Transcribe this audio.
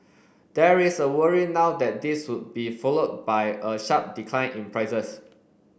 there is a worry now that this would be followed by a sharp decline in prices